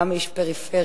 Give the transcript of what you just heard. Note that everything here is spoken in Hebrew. גם איש פריפריה,